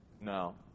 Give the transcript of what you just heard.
No